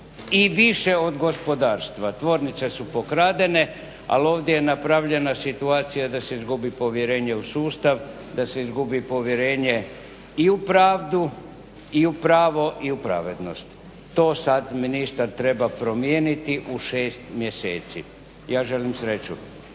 i više od gospodarstva. Tvornice su pokradene, ali ovdje je napravljena situacija da se izgubi povjerenje u sustav, da se izgubi povjerenje i u pravdu i u pravo i u pravednost. To sad ministar treba promijeniti u 6 mjeseci. Ja želim sreću.